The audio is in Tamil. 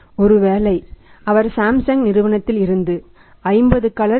ஒருவேளை அவர் சாம்சங் நிறுவனத்தில் இருந்து50 கலர் T